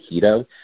keto